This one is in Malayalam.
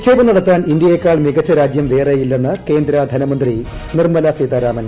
നിക്ഷേപം നടത്താൻ ഇന്ത്യയേക്കാൾ മിക്ടച്ച രാജ്യം വേറെയില്ലെന്ന് കേന്ദ്ര ധനമന്ത്രി നിർമ്മലാ ്സീതാരാമൻ